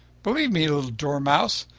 believe me, little dormouse,